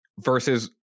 versus